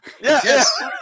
Yes